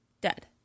Dead